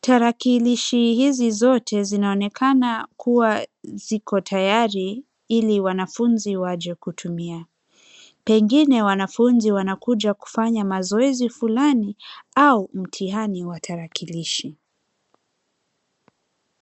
Tarakilishi hizi zote zinaonekana kuwa ziko tayari ili wanafunzi waje kutumia. Pengine wanafunzi wanakuja kufanya mazoezi fulani au mtihani wa tarakilishi.